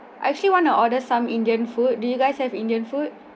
I actually want to order some indian food do you guys have indian food